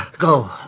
Go